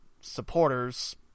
supporters